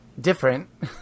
different